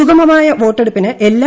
സുഗമമായ വോട്ടെടുപ്പിന് എല്ലാ